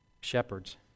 shepherds